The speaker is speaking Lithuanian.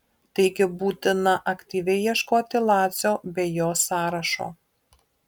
taigi būtina aktyviai ieškoti lacio bei jo sąrašo